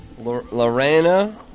Lorena